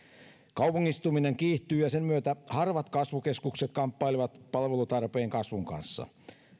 kaupungistuminen kiihtyy ja sen myötä harvat kasvukeskukset kamppailevat palvelutarpeen kasvun kanssa